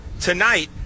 tonight